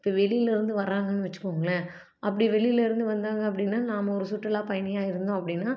இப்போ வெளிலருந்து வர்றாங்கன்னு வச்சுக்கோங்களேன் அப்படி வெளிலருந்து வந்தாங்க அப்படின்னா நாம ஒரு சுற்றுலாப்பயணியாக இருந்தோம் அப்படின்னா